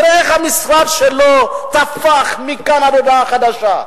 תראה איך המשרד שלו תפח מכאן עד להודעה חדשה.